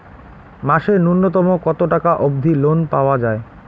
মাসে নূন্যতম কতো টাকা অব্দি লোন পাওয়া যায়?